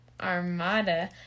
Armada